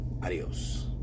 Adiós